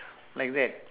like that